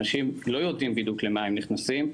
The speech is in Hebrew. אנשים לא יודעים בדיוק למה הם נכנסים,